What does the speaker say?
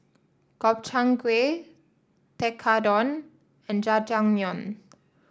Gobchang Gui Tekkadon and Jajangmyeon